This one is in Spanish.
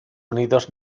unidos